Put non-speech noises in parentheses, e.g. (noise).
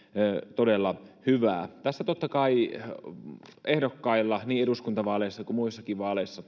todella hyvää ehdokkailla on totta kai niin eduskuntavaaleissa kuin muissakin vaaleissa (unintelligible)